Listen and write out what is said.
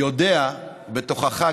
יודע בתוכך,